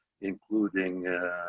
including